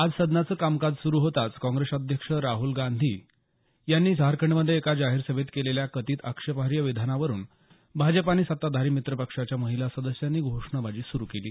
आज सदनाचं कामकाज सुरू होताच काँग्रेस अध्यक्ष खासदार राहल गांधी यांनी झारखंडमध्ये एका जाहीर सभेत केलेल्या कथित आक्षेपार्ह विधानावरून भाजप आणि सत्ताधारी मित्रपक्षांच्या महिला सदस्यांनी घोषणाबाजी सुरू केली